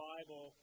Bible